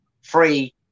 free